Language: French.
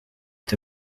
est